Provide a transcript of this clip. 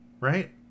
right